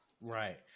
Right